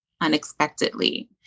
unexpectedly